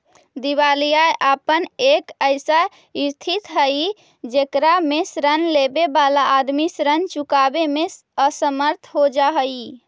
दिवालियापन एक ऐसा स्थित हई जेकरा में ऋण लेवे वाला आदमी ऋण चुकावे में असमर्थ हो जा हई